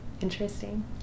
Interesting